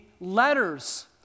letters